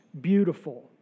beautiful